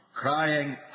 crying